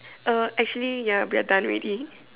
uh actually ya we are done already